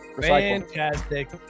fantastic